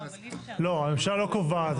לא, הממשלה לא קובעת את זה.